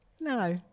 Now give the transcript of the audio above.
No